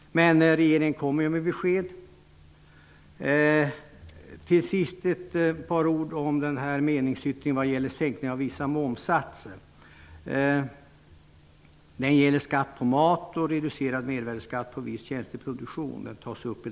Men regeringen kommer ju med besked i frågan. Till sist ett par ord om meningsyttringen vad gäller sänkningen av vissa momssatser. Den gäller skatt på mat och reducerad mervärdesskatt på viss tjänsteproduktion.